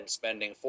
spending